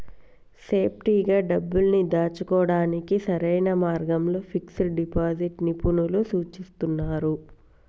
సేఫ్టీగా డబ్బుల్ని దాచుకోడానికి సరైన మార్గంగా ఫిక్స్డ్ డిపాజిట్ ని నిపుణులు సూచిస్తున్నరు